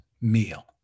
meal